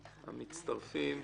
המצטרפים,